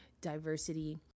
diversity